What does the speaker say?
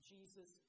Jesus